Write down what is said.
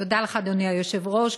תודה לך, אדוני היושב-ראש.